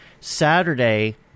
Saturday